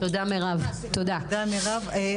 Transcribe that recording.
תודה, מירב.